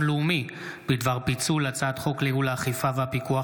לאומי בדבר פיצול הצעת חוק לייעול האכיפה והפיקוח